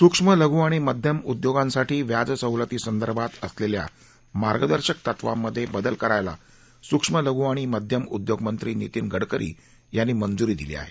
सूक्ष्म लघु आणि मध्यम उद्योगांसाठी व्याज सवलतींसंदर्भात असलेल्या मार्गदर्शक तत्वांमध्ये बदल करायला सूक्ष्म लघु आणि मध्यम उद्योगमंत्री नीतीन गडकरी यांनी मंजुरी दिली आहे